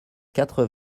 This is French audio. quatre